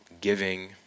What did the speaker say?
giving